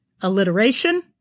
Alliteration